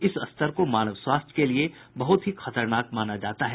इस स्तर को मानव स्वास्थ्य के लिए बहत ही खतरनाक माना जाता है